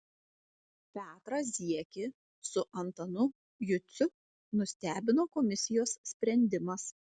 petrą ziekį su antanu juciu nustebino komisijos sprendimas